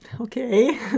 Okay